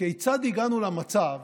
כיצד הגענו למצב?